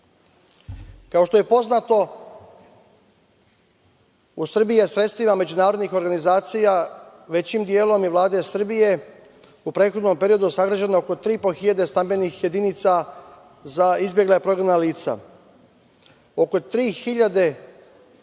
što je poznato, u Srbiji je sredstvima međunarodnih organizacija, većim delom, i Vlade Srbije u prethodnom periodu sagrađeno oko 3.500 stambenih jedinica za izbegla i prognana lica. Oko 3.000 hiljade